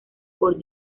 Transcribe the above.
por